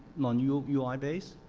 manual ui base,